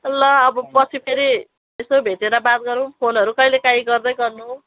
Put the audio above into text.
ल अब पछि फेरि यसो भेटेर बात गरौँ फोनहरू कहिले काहीँ गर्दै गर्नु